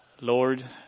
lord